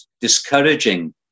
discouraging